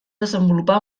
desenvolupar